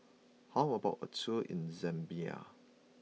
how about a tour in Zambia